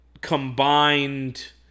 combined